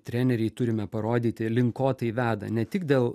treneriai turime parodyti link ko tai veda ne tik dėl